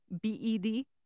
B-E-D